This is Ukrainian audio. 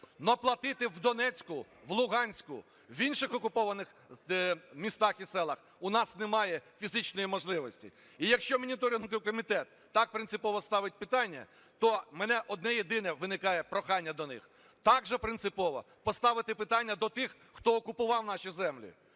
Но платити в Донецьку, в Луганську, в інших окупованих містах і селах у нас немає фізичної можливості. І якщо Моніторинговий комітет так принципово ставить питання, то в мене одне єдине виникає прохання до них, так же принципово поставити питання до тих, хто окупував наші землі.